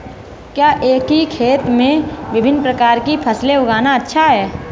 क्या एक ही खेत में विभिन्न प्रकार की फसलें उगाना अच्छा है?